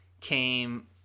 came